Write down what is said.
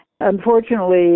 Unfortunately